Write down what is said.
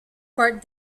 part